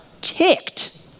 ticked